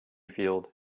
field